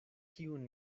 kiun